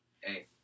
Hey